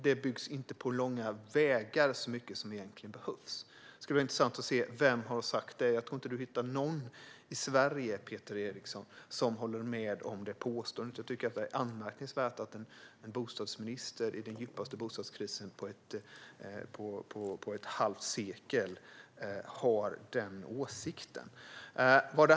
Det byggs inte på långa vägar så mycket som egentligen behövs. Det skulle vara intressant att se vem som har sagt det. Jag tror inte att du hittar någon i Sverige, Peter Eriksson, som håller med om det påståendet. Det är anmärkningsvärt att en bostadsminister i den djupaste bostadskrisen på ett halvt sekel har den åsikten.